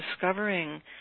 discovering